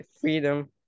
Freedom